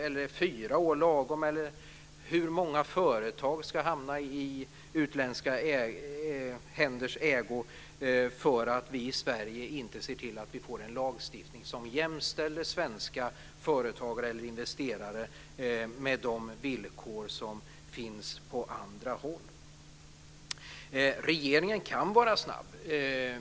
Eller är fyra år lagom, eller hur många företag ska hamna i utländska händers ägo därför att vi i Sverige inte ser till att vi får en lagstiftning som jämställer villkoren för svenska företagare och investerare med de villkor som finns på andra håll? Regeringen kan vara snabb.